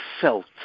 felt